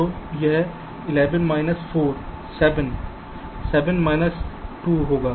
तो यह 11 minus 4 7 7 minus 2 होगा